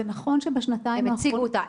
זה נכון שבשנתיים האחרונות --- הם הציגו אותה.